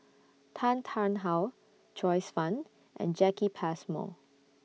Tan Tarn How Joyce fan and Jacki Passmore